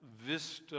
vista